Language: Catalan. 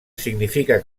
significa